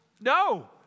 No